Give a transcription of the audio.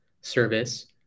service